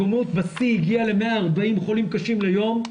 הכמות בשיא הגיעה ל-140 חולים קשים ליום,